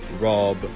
Rob